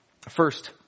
First